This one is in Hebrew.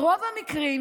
ברוב המקרים,